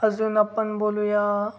अजून आपण बोलूया